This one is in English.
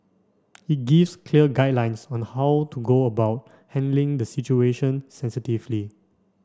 it gives clear guidelines on how to go about handling the situation sensitively